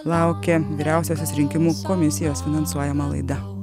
laukia vyriausiosios rinkimų komisijos finansuojama laida